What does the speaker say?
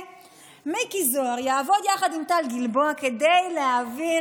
מיקי זוהר יעבוד יחד עם טל גלבוע כדי להעביר